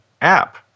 app